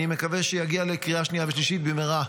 אני מקווה שהוא יגיע לקריאה שנייה ושלישית במהרה.